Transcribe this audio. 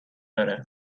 داره